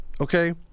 okay